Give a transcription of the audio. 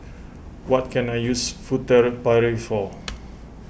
what can I use Furtere Paris for